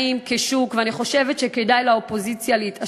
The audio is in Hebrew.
מה קורה במצבים שהכנסת לא אישרה,